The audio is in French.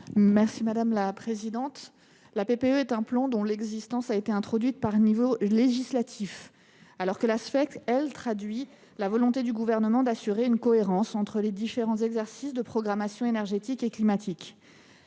l’avis du Gouvernement ? La PPE est un plan dont l’existence a été introduite par la loi, tandis que la Sfec traduit la volonté du Gouvernement d’assurer une cohérence entre les différents exercices de programmation énergétique et climatique.